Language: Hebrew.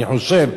אני חושב,